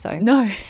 No